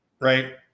right